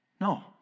No